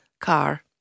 car